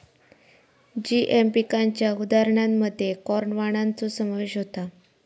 GM पिकांच्या उदाहरणांमध्ये corn वाणांचो समावेश होता